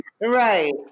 Right